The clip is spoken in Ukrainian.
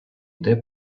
йде